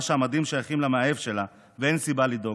שהמדים שייכים למאהב שלה ואין סיבה לדאוג.